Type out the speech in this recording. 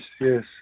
yes